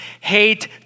hate